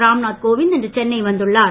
ராம்நாத் கோவிந்த் இன்று சென்னை வந்துள்ளார்